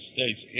States